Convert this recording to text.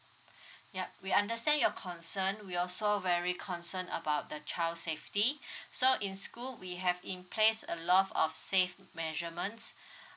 yup we understand your concern we also very concern about the child safety so in school we have in place a lot of of save measurements